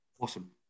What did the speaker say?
awesome